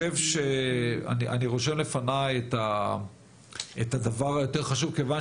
אני רושם לפניי את הדבר היותר חשוב כיוון